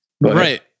Right